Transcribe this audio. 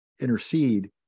intercede